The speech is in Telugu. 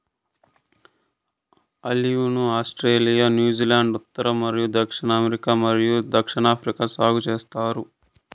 ఆలివ్ ను ఆస్ట్రేలియా, న్యూజిలాండ్, ఉత్తర మరియు దక్షిణ అమెరికా మరియు దక్షిణాఫ్రికాలో సాగు చేస్తారు